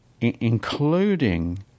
including